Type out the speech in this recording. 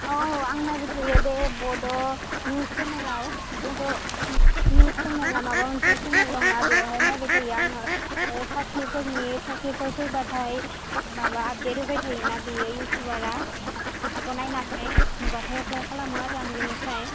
औ आं नायबाय थायो बे बड' निउस सेनेलाव बड' सेनेला माबा मोनसे सेनेल दंना बेयावहाय नायबाय थायो आङो बेयावहाय साख्रिफोरनि फारसे पस्ट होबाथाय माबा आपदेट होबाय थायोना बे इउथुबारआ बेफोरखौ नायनानै नुबाथाय एप्लाइ खालामो आरो आं बेनिफ्राय